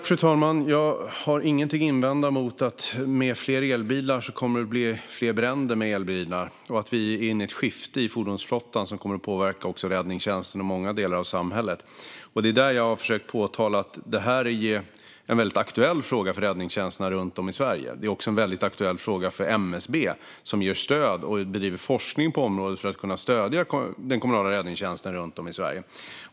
Fru talman! Jag har ingenting att invända mot påståendet att det med fler elbilar kommer att bli fler bränder i elbilar. Vi är inne i ett skifte för fordonsflottan som kommer att påverka också räddningstjänsten och många delar av samhället. Jag har försökt påpeka att detta är en väldigt aktuell fråga för räddningstjänsterna runt om i Sverige och att det är en väldigt aktuell fråga även för MSB, som ger stöd och bedriver forskning på området för att kunna stödja den kommunala räddningstjänsten runt om i Sverige.